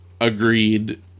agreed